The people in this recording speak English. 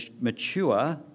mature